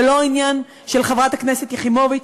זה לא עניין של חברת הכנסת יחימוביץ,